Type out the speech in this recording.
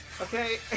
Okay